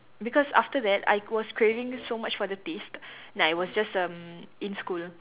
because after that I was craving so much for the taste and I was just um in school